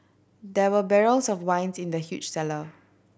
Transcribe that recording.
there were barrels of wines in the huge cellar